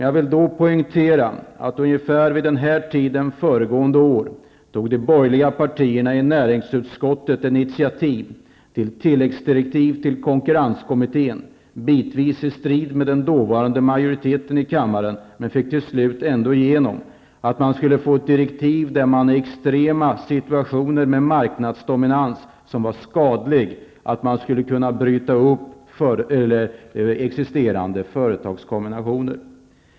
Jag vill poängtera att de borgerliga partierna i näringsutskottet vid den här tiden föregående år tog initiativ till tilläggsdirektiv till konkurrenskommittén, bitvis i strid med den dåvarande majoriteten i kammaren. Vi fick till slut ändå igenom att konkurrenskommittén skulle få direktiv om att man i extrema situationer med marknadsdominans som var skadlig skulle kunna bryta upp existerande företagskombinationer.